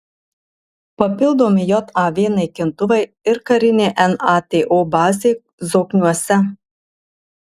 papildomi jav naikintuvai ir karinė nato bazė zokniuose